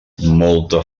molta